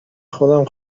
خودم